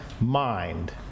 mind